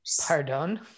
Pardon